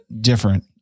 different